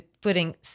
putting